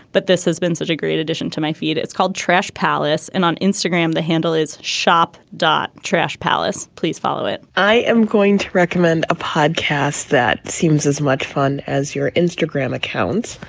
but this has been such a great addition to my feet. it's called trash palace and on instagram the handle is shop dot trash palace. please follow it i am going to recommend a podcast that seems as much fun as your instagram account.